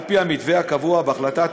על-פי המתווה הקבוע בהחלטה,